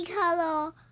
color